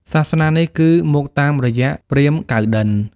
សាសនានេះគឺ មកតាមរយៈព្រាហ្មណ៍កៅណ្ឌិន្យ ។